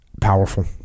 Powerful